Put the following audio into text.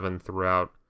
throughout